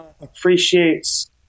appreciates